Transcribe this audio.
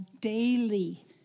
daily